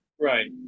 Right